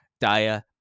Daya